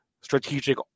strategic